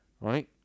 Right